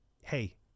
hey